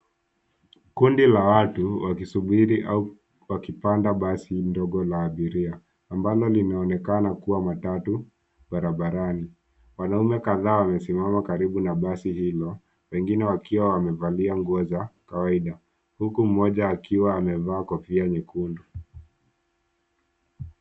Kundi la watu wakisubiri au wakipanda basi ndogo la abiria ambalo limeonekana kuwa matatu barabarani. Wanaume kadhaa wamesimama karibu na basi hilo wengine wakiwa wamevalia nguo za kawaida huku mmoja akiwa amevaa kofia nyekundu.